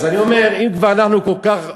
אז אני אומר, אם כבר אנחנו כל כך מודאגים,